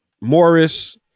Morris